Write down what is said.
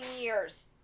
years